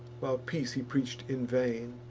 while peace he preach'd in vain,